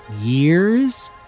years